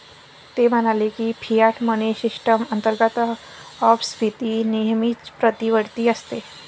ते म्हणाले की, फियाट मनी सिस्टम अंतर्गत अपस्फीती नेहमीच प्रतिवर्ती असते